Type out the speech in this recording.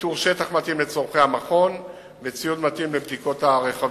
איתור שטח מתאים לצורכי המכון וציון מתאים בבדיקות הרכבים.